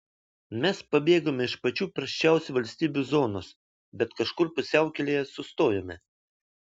mes pabėgome iš pačių prasčiausių valstybių zonos bet kažkur pusiaukelėje sustojome